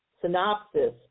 synopsis